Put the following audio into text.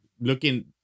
looking